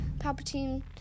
Palpatine